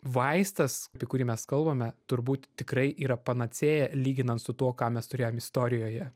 vaistas apie kurį mes kalbame turbūt tikrai yra panacėja lyginant su tuo ką mes turėjom istorijoje